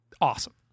awesome